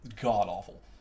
god-awful